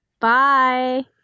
Bye